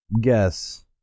Guess